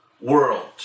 world